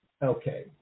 Okay